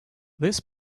this